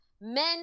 men